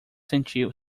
sentir